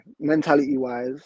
mentality-wise